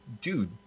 dude